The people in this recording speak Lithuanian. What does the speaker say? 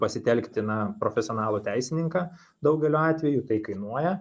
pasitelkti na profesionalų teisininką daugeliu atvejų tai kainuoja